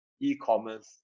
e-commerce